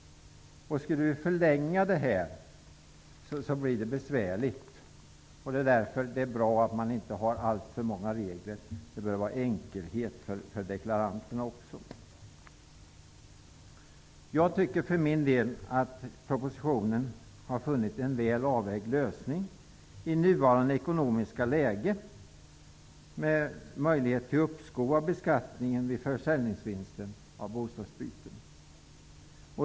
Det blir besvärligt att förlänga detta. Det är därför bra att inte ha för många regler för att få en enkelhet för deklaranterna. Jag tycker för min del att regeringen i propositionen har funnit en väl avvägd lösning i nuvarande ekonomiska läge med möjlighet till uppskov av beskattning vid försäljningsvinster vid bostadsbyten.